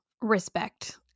respect